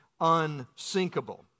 unsinkable